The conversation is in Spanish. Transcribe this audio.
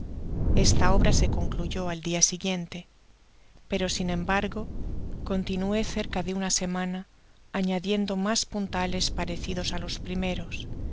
esta obra se concluyó al dia siguiente pero sin embargo continue cerca de una semana añadiendo mas puntales parecidos á los primeros